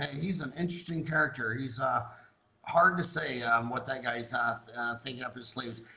he's an interesting character he's ah hard to say what that guy is thinking up his sleeves.